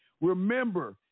remember